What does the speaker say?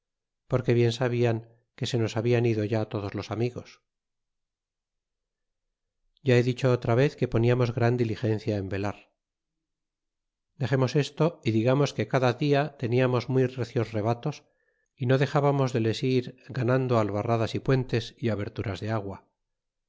porque bien sabian que se nos habian ido ya todos los amigos ya he dicho otra vez que poniamos gran diligencia en velar dexemos esto y digamos que cada dia teníamos muy recios rebatos y no dexbamos de les ir ganando albarradas y puentes y aberturas de agua